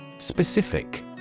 Specific